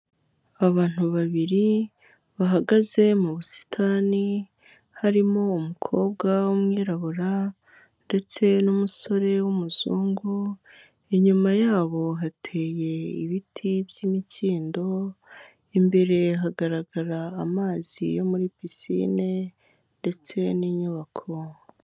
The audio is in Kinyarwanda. Abantu babiri bahagaze mu busitani harimo umukobwa w'umwirabura ndetse n'umusore w'umuzungu. Inyuma ya bo hateye ibiti by'imikindo, imbere hagarara amazi yo muri pisine ndetse n'inyubako.